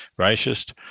racist